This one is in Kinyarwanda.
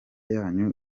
yanyu